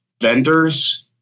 vendors